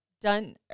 done